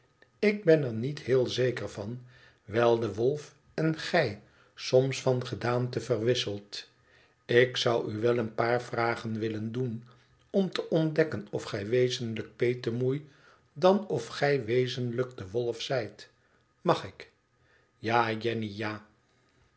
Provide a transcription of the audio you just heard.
ik ben er niet heel zeker van wijl de wolf en gij soms van gedaante verwisselt ik zou u wel een paar vragen willen doen om te ontdekken of gij wezenlijk petemoei dan of gij wezenlijk de wolf zijt mag ik ja jenny ja